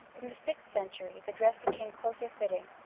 from the sixth century the dress became closer fitting,